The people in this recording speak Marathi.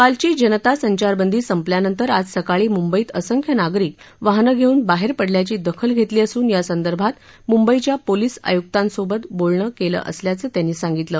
कालची जनता संचारबंदी संपल्यानंतर आज सकाळी मुंबईत असंख्य नागरिक वाहनं घेऊन बाहेर पडल्याची दखल घेतली असून यासंदर्भात मुंबईच्या पोलीस आय्क्तांसोबत बोलणं केलं असल्याचं त्यांनी सांगितलं